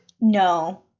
no